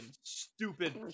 stupid